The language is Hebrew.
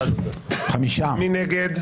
מי נגד?